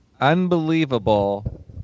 unbelievable